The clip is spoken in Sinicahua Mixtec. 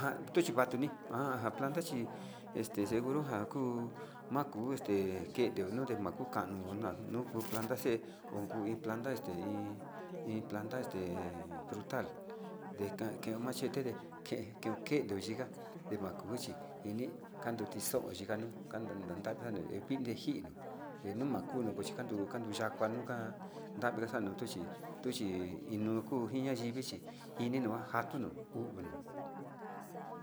Nja kuchivatuni ajan planta chi este seguro nja u maku este ndenio makuu kano nanuu planta xe'e onkuu iin planta este iin planta este frutal ndekan keo machete ke nokendu yika'a ndemaguchi iin kantixho yikanu kandu ndadannu he pinet njino emakunu kuchi kanduu kandu ya'á kunu ka'a tabla xanutu chi tuchi iin ñuu kuu ñaivi chi njinu njakatunu kuu.